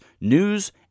news